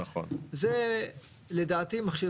זה לדעתי מכשיר